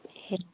ए